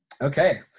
Okay